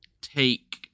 take